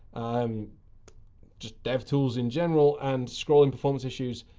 um just devtools in general, and scrolling performance issues.